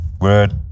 Word